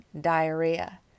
diarrhea